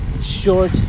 short